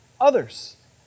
others